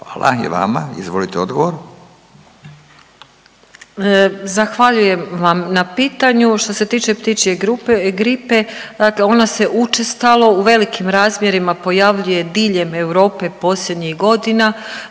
Hvala. Hvala. Izvolite odgovor.